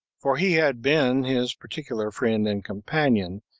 for he had been his particular friend and companion,